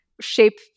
shape